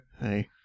hey